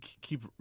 keep